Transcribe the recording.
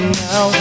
now